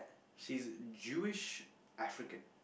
she's Jewish African